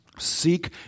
seek